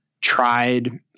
tried